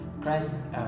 Christ